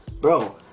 bro